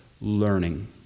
learning